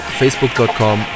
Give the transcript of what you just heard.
facebook.com